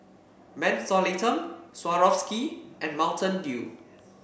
Mentholatum Swarovski and Mountain Dew